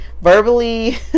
verbally